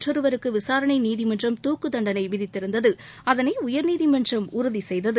மற்றொருவருக்கு விசாரணை நீதிமன்றம் துக்குத் தண்டனை விதித்திருந்தது அதனை உயர்நீதிமன்றம் உறதி செய்தது